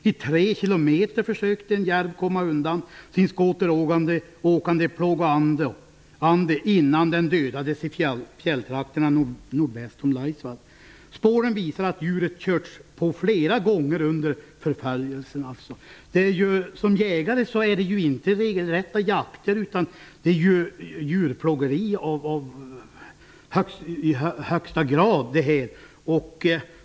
En järv försökte under tre kilometer att komma undan sin skoteråkande plågoande innan den dödades i fjälltrakterna nordväst om Laisvall. Spåren visade att djuret körts på flera gånger under förföljelsen. Som jägare kan man inte se detta som regelrätta jakter utan som djurplågeri i högsta grad.